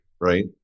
Right